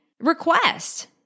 request